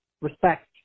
respect